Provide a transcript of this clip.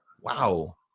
Wow